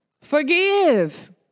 Forgive